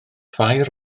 ffair